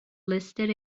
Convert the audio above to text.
listed